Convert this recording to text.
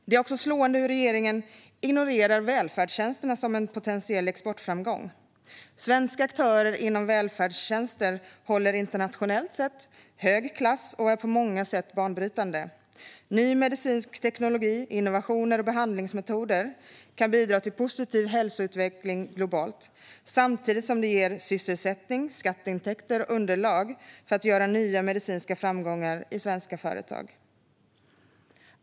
Det är också slående hur regeringen ignorerar välfärdstjänsterna som en potentiell exportframgång. Svenska aktörer inom välfärdstjänster håller internationellt sett hög klass och är på många sätt banbrytande. Ny medicinsk teknologi, innovationer och behandlingsmetoder kan bidra till positiv hälsoutveckling globalt samtidigt som de ger sysselsättning, skatteintäkter och underlag för nya medicinska framgångar i svenska företag.